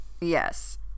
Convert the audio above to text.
yes